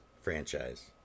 franchise